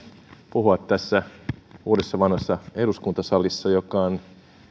puhua tässä uudessa vanhassa eduskuntasalissa joka on